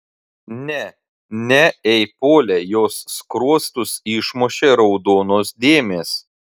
ne ne ei pole jos skruostus išmušė raudonos dėmės